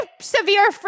severe